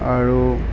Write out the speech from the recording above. আৰু